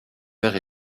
vert